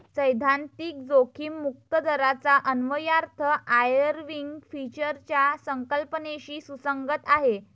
सैद्धांतिक जोखीम मुक्त दराचा अन्वयार्थ आयर्विंग फिशरच्या संकल्पनेशी सुसंगत आहे